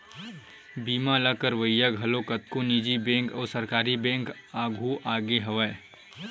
बीमा ल करवइया घलो कतको निजी बेंक अउ सरकारी बेंक आघु आगे हवय